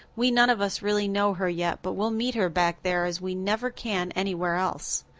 we none of us really know her yet, but we'll meet her back there as we never can anywhere else.